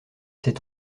s’est